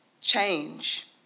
change